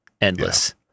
endless